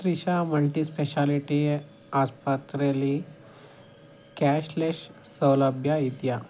Trisha multispeciality ಆಸ್ಪತ್ರೆಲಿ cashless ಸೌಲಭ್ಯ ಇದೆಯಾ